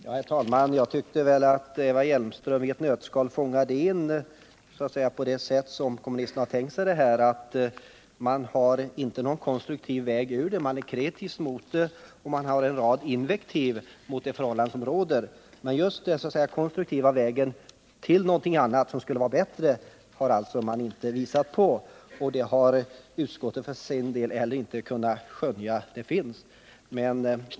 Herr talman! Jag tyckte att Eva Hjelmström i ett nötskal fångade in hur kommunisterna tänkt sig det hela. Man har inte någon konstruktiv väg, men man är kritisk och kommer med en rad invektiv med anledning av förhållandena. Men, som sagt, någon konstruktiv väg till något annat och bättre har man inte kunnat visa. Utskottet har för sin del inte heller kunnat se att det finns någon sådan.